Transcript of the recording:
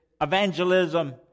evangelism